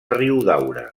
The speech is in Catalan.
riudaura